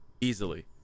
easily